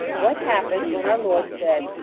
what happened when our lord said,